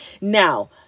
Now